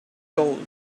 gold